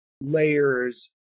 layers